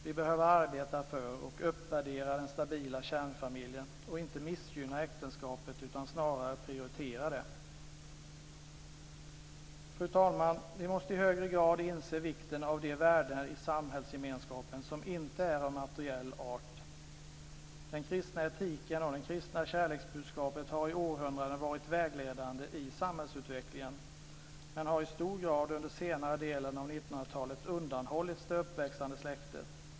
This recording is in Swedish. Vi behöver arbeta för och uppvärdera den stabila kärnfamiljen och inte missgynna äktenskapet utan snarare prioritera det. Fru talman! Vi måste i högre grad inse vikten av de värden i samhällsgemenskapen som inte är av materiell art. Den kristna etiken och det kristna kärleksbudskapet har i århundraden varit vägledande i samhällsutvecklingen, men har i hög grad under senare delen av 1900-talet undanhållits det uppväxande släktet.